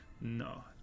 No